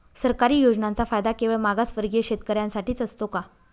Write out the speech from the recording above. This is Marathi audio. सरकारी योजनांचा फायदा केवळ मागासवर्गीय शेतकऱ्यांसाठीच असतो का?